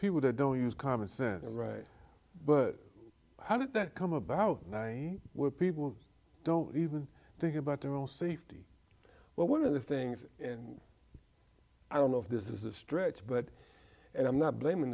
people that don't use common sense but how did that come about and i were people don't even think about their own safety well one of the things and i don't know if this is a stretch but and i'm not blaming